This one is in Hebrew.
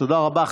תודה רבה.